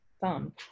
thumb